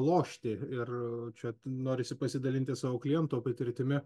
lošti ir čia norisi pasidalinti savo kliento patirtimi